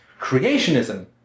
creationism